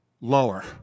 lower